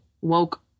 woke